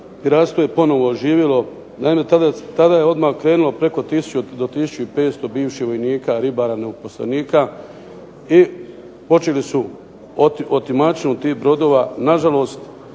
piratstvo je ponovo oživilo. Naime tada je odmah krenulo preko tisuću do tisuću i 500 bivših vojnika, ribara, neuposlenika i počeli su otimačinu tih brodova, na žalost